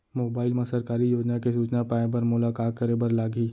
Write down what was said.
mobile मा सरकारी योजना के सूचना पाए बर मोला का करे बर लागही